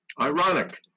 ironic